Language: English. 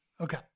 Okay